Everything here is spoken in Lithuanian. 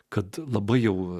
kad labai jau